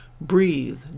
Breathe